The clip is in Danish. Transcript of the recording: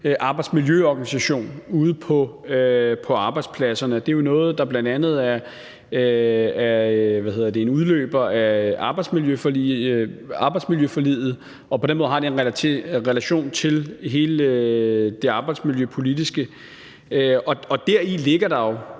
arbejdsmiljøorganisation ude på arbejdspladserne. Det er jo noget, der bl.a. er en udløber af arbejdsmiljøforliget, og på den måde har det en relation til hele det arbejdsmiljøpolitiske. Deri ligger der jo